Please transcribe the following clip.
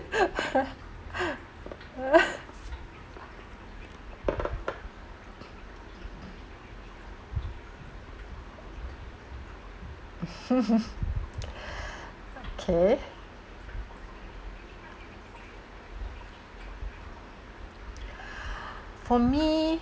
okay for me